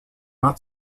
not